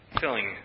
filling